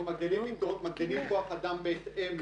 אנחנו מגדילים מיטות ומגדילים כוח אדם בהתאם לזה,